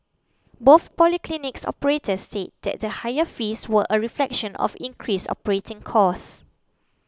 both polyclinics operators said that higher fees were a reflection of increased operating costs